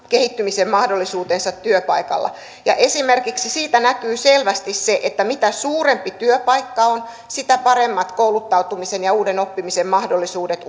kehittymismahdollisuutensa työpaikalla ja esimerkiksi siitä näkyy selvästi se että mitä suurempi työpaikka on sitä paremmat kouluttautumisen ja uuden oppimisen mahdollisuudet